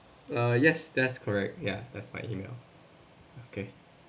uh yes that's correct ya that's my email okay